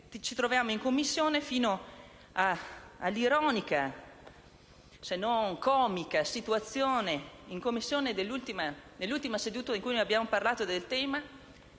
Attualmente, in Commissione, siamo all'ironica - se non comica - situazione dell'ultima seduta in cui abbiamo parlato del tema: